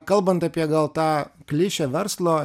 kalbant apie gal tą klišę verslo